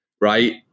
Right